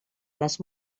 les